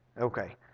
okay